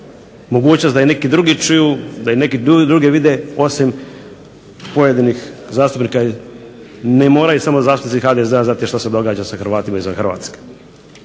mogućnost da i neki drugi čuju da i neki drugi vide osim pojedinih zastupnika. Ne moraju samo zastupnici HDZ-a znati što se događa sa Hrvatima izvan Hrvatske.